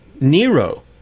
Nero